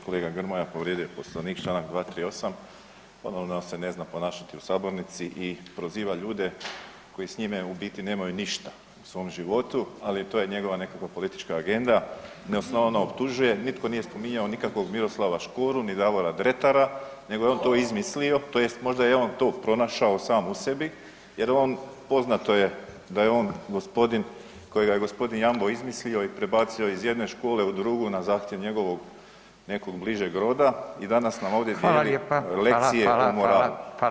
Kolega Grmoja povrijedio je Poslovnik čl. 238., ponovno se ne zna ponašati u sabornici i proziva ljude koji s njime u biti nemaju ništa u svom životu, ali to je njegova nekakva politička agenda, neosnovano optužuje, nitko nije spominjao nikakvog Miroslava Škoru ni Davora Dretara, nego je on to izmislio tj. možda je on to pronašao sam u sebi jer on, poznato je da je on gospodin kojega je gospodin Jambo izmislio i prebacio iz jedne škole u drugu na zahtjev njegovog nekog bližeg roda i danas nam ovdje dijeli [[Upadica: Hvala lijepa.]] lekcije